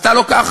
עשתה לו ככה,